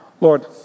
Lord